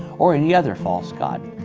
or any other false god.